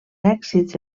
èxits